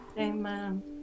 Amen